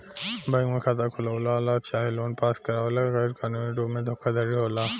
bank में खाता खोलवावे ला चाहे लोन पास करावे ला गैर कानूनी रुप से धोखाधड़ी होला